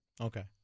Okay